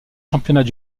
championnats